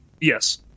Yes